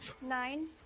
Nine